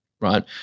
right